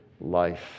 life